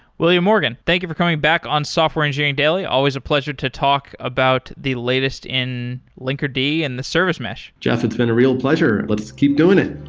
william morgan, thank you for coming back on software engineering daily. always a pleasure to talk about the latest in linkerd and the service mesh jeff, it's been a real pleasure. let's keep doing it.